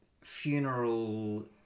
funeral